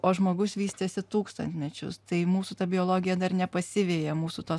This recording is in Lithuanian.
o žmogus vystėsi tūkstantmečius tai mūsų biologija dar nepasiveja mūsų to